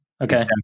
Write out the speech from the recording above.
Okay